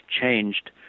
changed